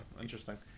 interesting